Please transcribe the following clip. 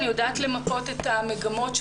אני יודעת למפות את המגמות.